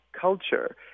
culture